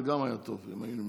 זה גם היה טוב אם הם היו נמנעים.